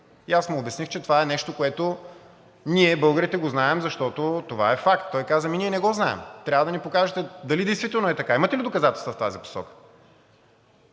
И аз му обясних, че това е нещо, което ние българите го знаем, защото това е факт. Той каза: „Ами ние не го знаем, трябва да ми покажете дали действително е така. Имате ли доказателства в тази посока?“